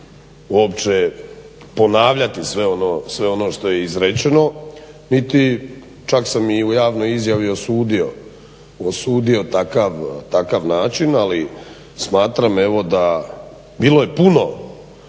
uopće ponavljati sve ono što je izrečeni, niti čak sam i u javnoj izjavi osudio takav način, ali smatram evo da, bilo je puno